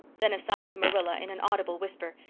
then aside to marilla in an audible whisper,